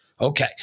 Okay